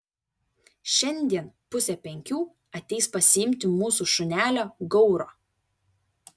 šiandien pusę penkių ateis pasiimti mūsų šunelio gauro